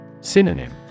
Synonym